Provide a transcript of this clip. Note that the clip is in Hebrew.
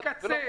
למעט מקרי קצה,